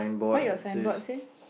what your sign board say